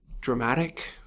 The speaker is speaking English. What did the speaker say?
dramatic